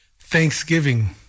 Thanksgiving